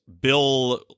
bill